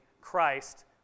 Christ